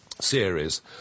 series